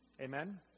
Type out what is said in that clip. Amen